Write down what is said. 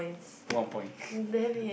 one point